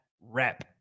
rep